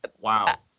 Wow